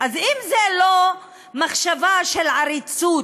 אז אם זאת לא מחשבה של עריצות,